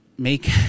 make